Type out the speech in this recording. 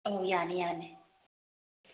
ꯑꯧ ꯌꯥꯅꯤ ꯌꯥꯅꯤ